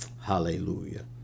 hallelujah